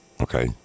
Okay